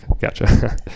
gotcha